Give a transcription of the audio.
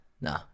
No